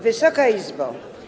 Wysoka Izbo!